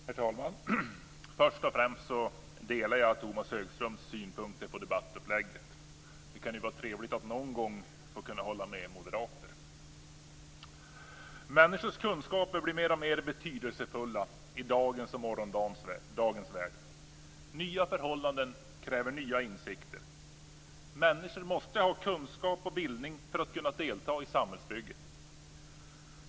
Herr talman! Först och främst vill jag säga att jag delar Tomas Högströms synpunkter på debattupplägget. Det kan vara trevligt att någon gång hålla med moderater. Människors kunskaper blir mer och mer betydelsefulla i dagens och morgondagens värld. Nya förhållanden kräver nya insikter. Människor måste ha kunskap och bildning för att kunna delta i samhällsbygget.